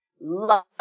love